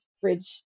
fridge